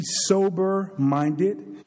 sober-minded